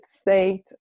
state